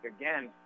Again